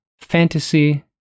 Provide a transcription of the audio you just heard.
fantasy